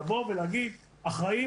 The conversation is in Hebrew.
לבוא לומר אחראים,